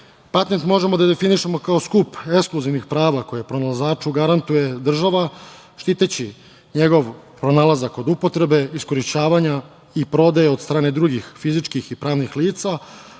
možemo da definišemo kao skup ekskluzivnih prava koje pronalazaču garantuje država, štiteći njegov pronalazak od upotrebe, iskorišćavanja i prodaje od strane drugih fizičkih i pravnih lica,